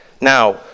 Now